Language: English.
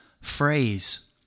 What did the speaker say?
phrase